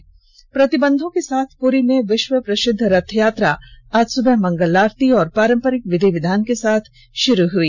उधर प्रतिबन्धों के साथ पूरी में विश्व प्रसिद्ध रथयात्रा आज सुबह मंगल आरती और पारम्परिक विधि विधानों के साथ शुरू हई